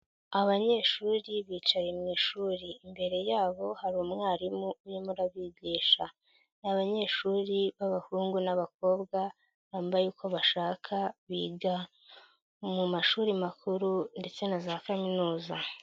Abanyeshuri bicaye mu ishuri. Imbere yabo hari umwarimu urimo urabigisha. Ni abanyeshuri b'abahungu n'abakobwa bambaye uko bashaka, biga mu mashuri makuru ndetse na za kaminuza.